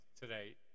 today